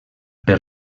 per